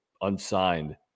unsigned